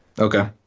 Okay